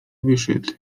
wyszedł